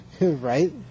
Right